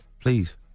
Please